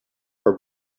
for